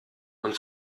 und